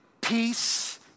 peace